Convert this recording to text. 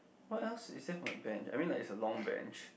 what else is there for the bench I mean it's a long bench